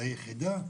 ליחידה,